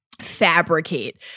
fabricate